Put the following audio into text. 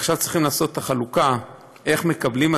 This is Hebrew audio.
ועכשיו צריכים לעשות את החלוקה איך מקבלים,